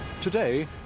Today